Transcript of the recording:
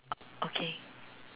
o~ okay